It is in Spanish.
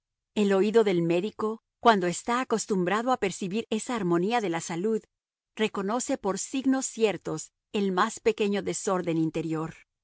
el oído del médico cuando está acostumbrado a percibir esa harmonía de la salud reconoce por signos ciertos el más pequeño desorden interior